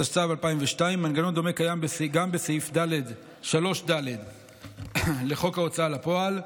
התשס"ב 2002. מנגנון דומה קיים גם בסעיף 3ד לחוק ההוצאה לפועל,